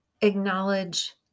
acknowledge